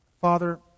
Father